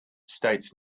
states